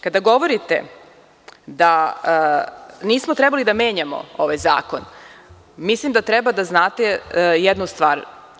Kada govorite da nismo trebali da menjamo ovaj zakon, mislim da treba da znate jednu stvar.